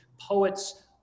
poets